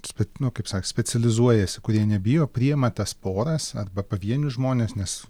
spe nu kaip sako specializuojasi kurie nebijo priima tas poras arba pavienius žmones nes